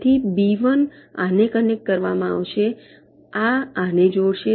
તેથી બી 1 આને કનેક્ટ કરવામાં આવશે આ આને જોડશે